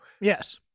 Yes